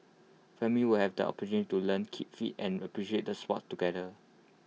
families will have the opportunity to learn keep fit and appreciate the Sport together